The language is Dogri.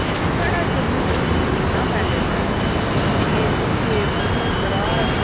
लेकिन साढ़ा जम्मू कश्मीर इ'न्ना फैले दा ऐ कि अग्गे पिच्छे दूर दराज